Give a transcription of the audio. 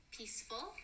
Peaceful